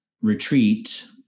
retreat